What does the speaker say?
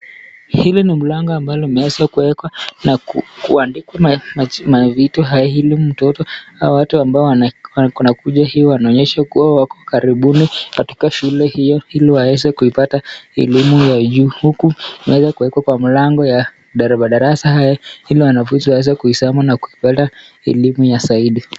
Hili ni mlango ambalo limeweza kuwekwa na kuandikwa mavitu. Hili ni watoto au watu ambao wanakuja hii wanaonyesha kuwa wako karibuni katika shule hiyo ili waweze kuipata elimu ya juu. Huku imeweza kuwekwa kwa mlango ya madarasa haya ili wanafunzi waweze kuisoma na kuipata elimu ya zaidi.